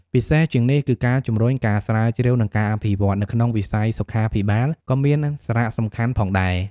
ពិសេសជាងនេះគឺ ការជំរុញ ការស្រាវជ្រាវ និងការអភិវឌ្ឍ នៅក្នុងវិស័យសុខាភិបាល ក៏មានសារៈសំខាន់ផងដែរ។